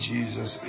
Jesus